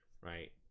right